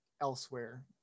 elsewhere